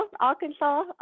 Arkansas